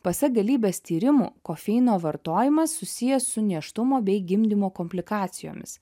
pasak galybės tyrimų kofeino vartojimas susijęs su nėštumo bei gimdymo komplikacijomis